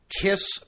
Kiss